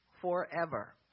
forever